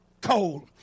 cold